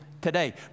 today